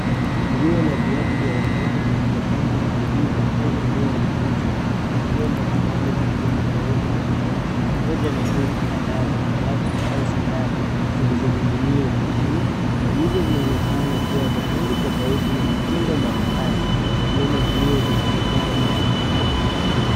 Nguo na viatu vya watoto vilivyopangwa kwenye duka au eneo la mauzo. Kuna nguo mbalimbali zikiwemo gauni na blauzi pamoja na jozi kadhaa ya viatu au sandali zilizoninginia ukutani, nguo hizo zinzonekana kuwa za rangi tofauti na mitindo mbalimbali zikiwemo nguo za maridadi na za kawaida.